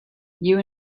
you